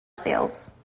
sales